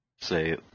say